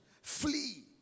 Flee